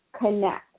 Connect